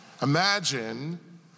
Imagine